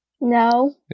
no